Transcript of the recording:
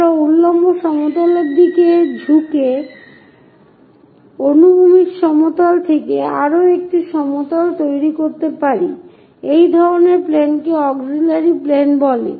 আমরা উল্লম্ব সমতলের দিকে ঝুঁকে অনুভূমিক সমতল থেকে আরও একটি সমতল তৈরি করতে পারি এই ধরনের প্লেনকে অক্সিলিয়ারি প্লেন বলে